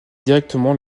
directement